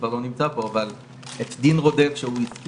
כבר לא נמצא פה אבל את דין רודף שהוא הזכיר,